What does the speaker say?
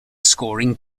scoring